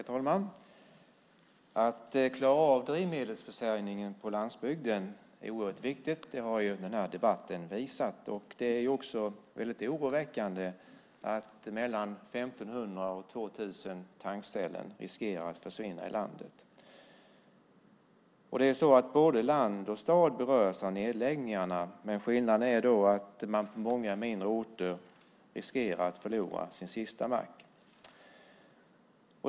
Herr talman! Att klara drivmedelsförsörjningen på landsbygden är oerhört viktigt. Det har den här debatten visat. Det är lite oroväckande att mellan 1 500 och 2 000 tankställen riskerar att försvinna i landet. Både land och stad berörs av nedläggningarna, skillnaden är att många mindre orter riskerar att förlora sin sista mack.